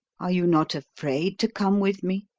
are you not afraid to come with me?